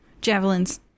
javelins